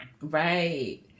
Right